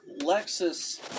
Lexus